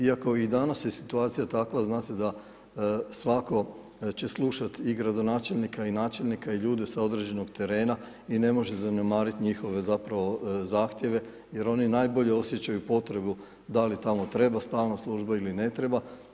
Iako ovih dana je situacija takva znate da svatko će slušati i gradonačelnika i načelnika i ljude sa određenog terena i ne može zanemariti njihove zapravo zahtjeve jer oni najbolje osjećaju potrebu da li tamo treba stalna služba ili ne treba.